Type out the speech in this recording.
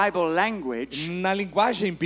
language